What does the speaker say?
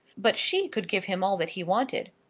but she could give him all that he wanted.